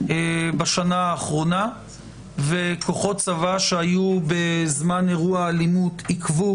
בשנה האחרונה וכוחות צבא שהיו בזמן אירוע אלימות עיכבו